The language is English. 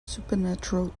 supernatural